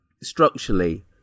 structurally